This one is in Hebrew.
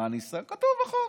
כתוב בחוק.